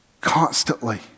Constantly